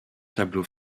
tableau